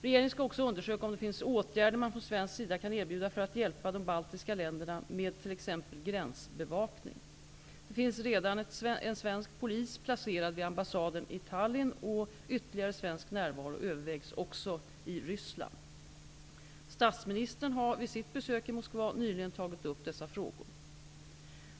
Regeringen skall också undersöka om det finns åtgärder man från svensk sida kan erbjuda för att hjälpa de baltiska länderna med t.ex. gränsbevakning. Det finns redan en svensk polis placerad vid ambassaden i Tallinn och ytterligare svensk närvaro övervägs också i Ryssland. Statsministern har vid sitt besök i Moskva nyligen tagit upp dessa frågor.